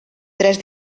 tres